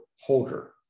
holder